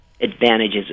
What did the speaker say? advantages